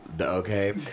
Okay